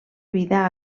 vida